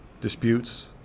disputes